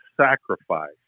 sacrifice